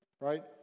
right